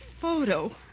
photo